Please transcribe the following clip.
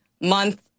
month